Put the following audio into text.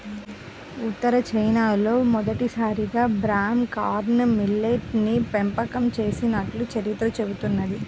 ఉత్తర చైనాలో మొదటిసారిగా broom corn millet ని పెంపకం చేసినట్లు చరిత్ర చెబుతున్నది